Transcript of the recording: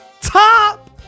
Top